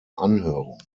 anhörung